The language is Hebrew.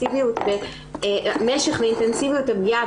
של משך ואינטנסיביות הפגיעה,